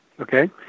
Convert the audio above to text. okay